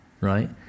right